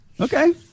Okay